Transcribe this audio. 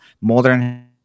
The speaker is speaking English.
modern